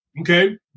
Okay